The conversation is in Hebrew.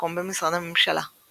מקום במשרד המשטרה;